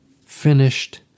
finished